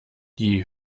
die